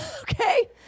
Okay